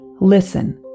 Listen